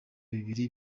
bibiri